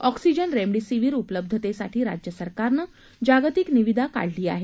oxygen remdesivir उलब्धतेसाठी राज्य सरकारनं जागतिक निविदा काढली आहे